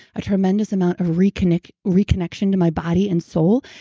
a tremendous amount of reconnection reconnection to my body and soul,